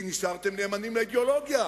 אדירים.